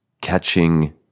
catching